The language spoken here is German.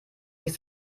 sich